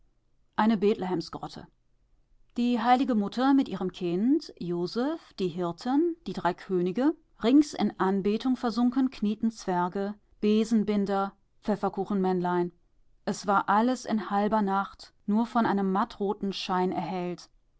eine bethlehemsgrotte die heilige mutter mit ihrem kind joseph die hirten die drei könige rings in anbetung versunken knieten zwerge besenbinder pfefferkuchenmännlein es war alles in halber nacht nur von einem mattroten schein erhellt